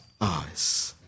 eyes